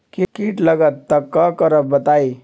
कीट लगत त क करब बताई?